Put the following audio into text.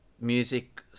music